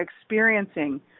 experiencing